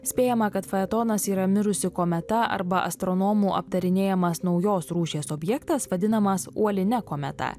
spėjama kad faetonas yra mirusi kometa arba astronomų aptarinėjamas naujos rūšies objektas vadinamas uoline kometa